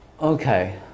Okay